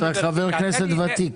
אתה חבר כנסת ותיק.